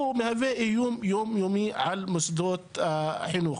הוא מהווה איום יום יומי על מוסדות חינוך.